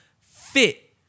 fit